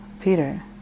Peter